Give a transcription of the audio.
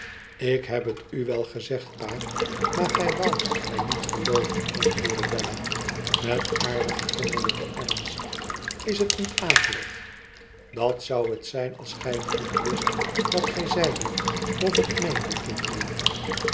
ik heb het u wel gezegd pa maar gij woudt mij niet gelooven antwoordde bella met aardigen kinderlijken ernst is het niet akelig dat zou het zijn als gij goed wist wat gij zeidet of het meendet